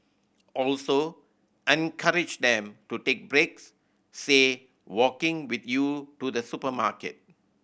also encourage them to take breaks say walking with you to the supermarket